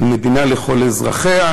על מדינה לכל אזרחיה,